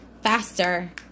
faster